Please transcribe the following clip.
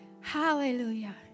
Hallelujah